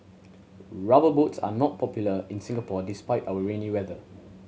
Rubber Boots are not popular in Singapore despite our rainy weather